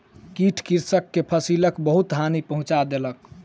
कीट कृषक के फसिलक बहुत हानि पहुँचा देलक